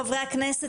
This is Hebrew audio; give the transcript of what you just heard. חברי הכנסת,